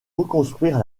reconstruire